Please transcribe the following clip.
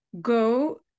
go